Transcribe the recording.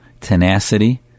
tenacity